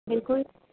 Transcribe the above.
बिल्कुलु